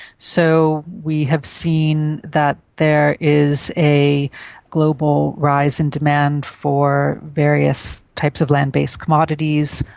so we have seen that there is a global rise in demand for various types of land-based commodities,